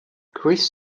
chris